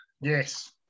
Yes